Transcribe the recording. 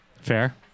Fair